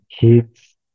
kids